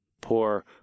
poor